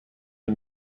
the